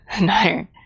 No